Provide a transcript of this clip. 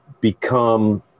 Become